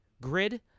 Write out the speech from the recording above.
grid